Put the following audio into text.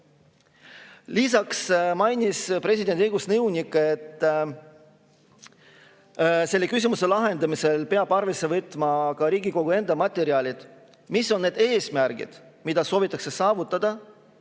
Lisaks mainis presidendi õigusnõunik, et selle küsimuse lahendamisel peab arvesse võtma ka Riigikogu enda materjali, [kust nähtub,] mis on need eesmärgid, mida soovitakse saavutada